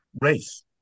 race